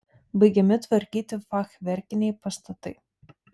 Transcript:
baigiami tvarkyti fachverkiniai pastatai